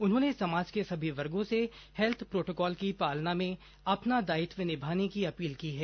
उन्होंने समाज के सभी वर्गों से हैल्थ प्रोटोकॉल की पालना में अपना दायित्व निभाने की अपील की है